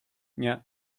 nie